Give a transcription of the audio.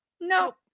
nope